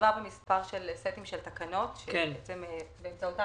מדובר במספר סטים של תקנות שבאמצעותן